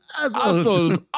assholes